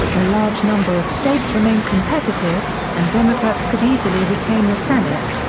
a large number of states remain competitive, and democrats could easily retain the senate.